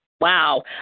Wow